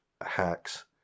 hacks